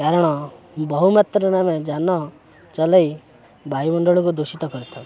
କାରଣ ବହୁମାତ୍ରାରେ ଆମେ ଯାନ ଚଲାଇ ବାୟୁମଣ୍ଡଳକୁ ଦୂଷିତ କରିଥାଉ